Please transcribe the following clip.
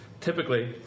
Typically